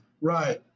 Right